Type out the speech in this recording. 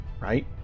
right